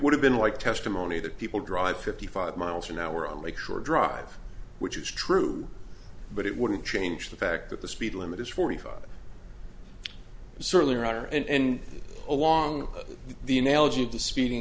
would have been like testimony that people drive fifty five miles an hour on lake shore drive which is true but it wouldn't change the fact that the speed limit is forty five certainly writer and along the analogy to speeding